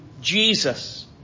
Jesus